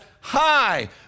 hi